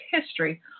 history